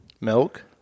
Milk